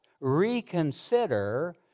reconsider